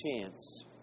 chance